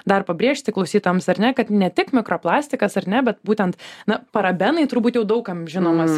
dar pabrėžti klausytojams ar ne kad ne tik mikro plastikas ar ne bet būtent na parabenai turbūt jau daug kam žinomas